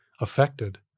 affected